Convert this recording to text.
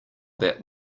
that